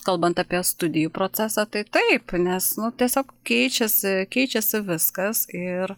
kalbant apie studijų procesą tai taip nes nu tiesiog keičiasi keičiasi viskas ir